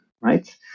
right